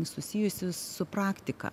susijusius su praktika